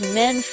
men